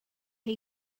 chi